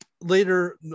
later